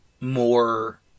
more